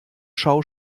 schau